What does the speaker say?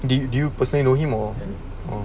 did you personally know him or